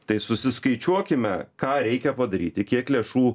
tai susiskaičiuokime ką reikia padaryti kiek lėšų